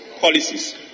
policies